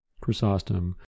Chrysostom